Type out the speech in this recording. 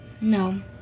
No